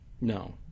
No